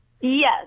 Yes